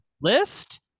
List